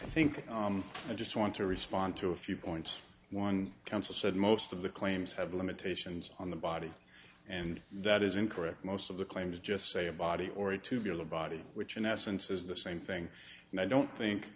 i think i just want to respond to a few points one counsel said most of the claims have limitations on the body and that is incorrect most of the claims just say a body or a to b or the body which in essence is the same thing and i don't think